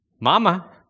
Mama